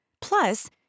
Plus